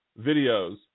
videos